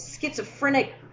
schizophrenic